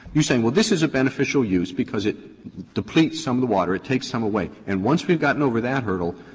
you're saying this is a beneficial use because it depletes some of the water, it takes some away, and once we have gotten over that hurdle,